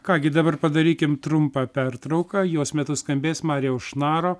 ką gi dabar padarykim trumpą pertrauką jos metu skambės marijaus šnaro